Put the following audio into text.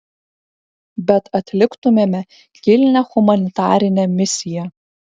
bet atliktumėme kilnią humanitarinę misiją